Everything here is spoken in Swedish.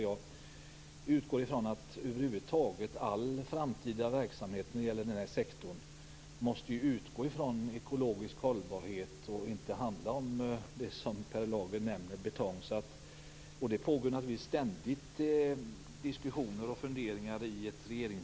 Jag utgår från att all framtida verksamhet inom den här sektorn måste utgå från ekologisk hållbarhet och inte, som Per Lager nämnde, skall handla om betong. Det pågår i ett regeringskansli naturligtvis ständigt diskussioner och funderingar om framtiden.